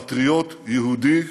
פטריוט יהודי,